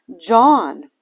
John